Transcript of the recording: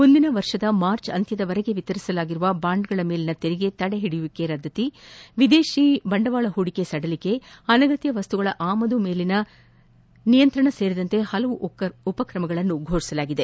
ಮುಂದಿನ ವರ್ಷದ ಮಾರ್ಚ್ ಅಂತ್ಯದವರೆಗೆ ವಿತರಿಸಲಾಗಿರುವ ಬಾಂಡ್ಗಳ ಮೇಲಿನ ಕೆರಿಗೆ ತಡೆ ಓಡಿಯುವಿಕೆರದ್ಲತಿ ವಿದೇಶಿ ಬಂಡವಾಳ ಪೂಡಿಕೆ ಸಡಿಲಿಕೆ ಅನಗತ್ನ ವಸ್ತಗಳು ಆಮದಿನ ಮೇಲಿನ ನಿಯಂತ್ರಣ ಸೇರಿದಂತೆ ಪಲವು ಉಪ್ರಮಗಳನ್ನು ಘೋಷಿಸಲಾಗಿದೆ